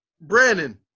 Brandon